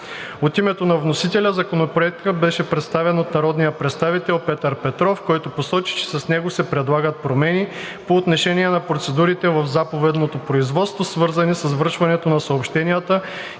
От името на вносителя Законопроектът беше представен от народния представител Петър Петров, който посочи, че с него се предлагат промени по отношение на процедурите в заповедното производство, свързани с връчването на съобщенията